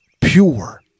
Pure